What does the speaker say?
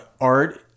Art